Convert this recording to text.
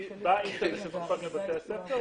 באינטרנט בבתי הספר.